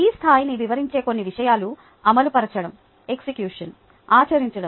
ఈ స్థాయిని వివరించే కొన్ని విషయాలు అమలు పరచడం ఆచరించడం